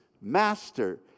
Master